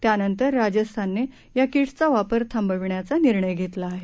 त्यानंतर राजस्थानने या किट्सचा वापर थांबविण्याचा निर्णय घेतला आहे